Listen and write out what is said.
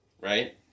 Right